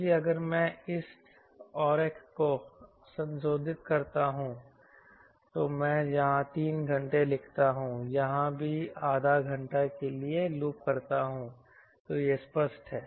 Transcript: इसलिए अगर मैं इस आरेख को संशोधित करता हूं तो मैं यहां 3 घंटे लिखता हूं और यहां भी आधा घंटे के लिए लूप करता हूं तो यह स्पष्ट है